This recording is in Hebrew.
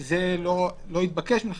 זה לא התבקש מלכתחילה.